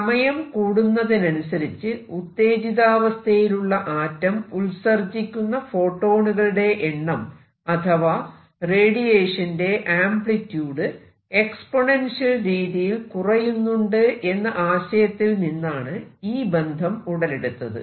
സമയം കൂടുന്നതിനനുസരിച്ച് ഉത്തേജിതാവസ്ഥയിലുള്ള ആറ്റം ഉത്സർജ്ജിക്കുന്ന ഫോട്ടോണുകളുടെ എണ്ണം അഥവാ റേഡിയേഷൻ ന്റെ ആംപ്ലിട്യൂഡ് എക്സ്പൊനെൻഷ്യൽ രീതിയിൽ കുറയുന്നുണ്ട് എന്ന ആശയത്തിൽ നിന്നാണ് ഈ ബന്ധം ഉടലെടുത്തത്